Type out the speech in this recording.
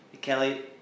Kelly